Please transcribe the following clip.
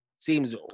seems